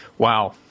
Wow